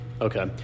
Okay